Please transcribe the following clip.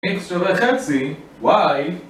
X שווה חצי Y